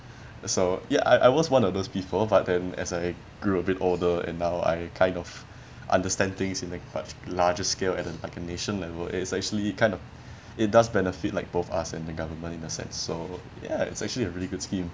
so ya I I was one of those people but then as I grew a bit older and now I kind of understand things in a much larger scale at a like a nation level it's actually kind of it does benefit like both us and the government in a sense so ya it's actually a really good scheme